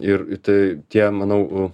ir tai tie manau